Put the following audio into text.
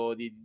di